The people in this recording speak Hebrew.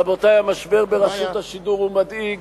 רבותי, המשבר ברשות השידור הוא מדאיג.